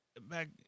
back